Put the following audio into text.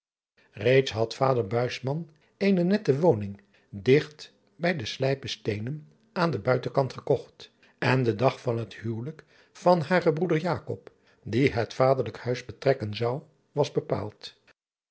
eeds had vader eene nette woning digt bij de lijpsteenen aan den uitenkant gekocht en de dag van het huwelijk van haren broeder die het vaderlijk huis betrekken zou was bepaald